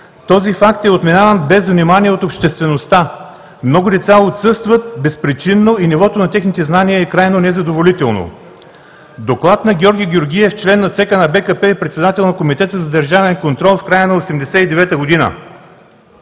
Този факт е отминаван без внимание от обществеността. Много деца отсъстват безпричинно и нивото на техните знания е крайно незадоволително”. Доклад на Георги Георгиев, член на ЦК на БКП и председател на Комитета за държавен контрол в края на 1989 г.: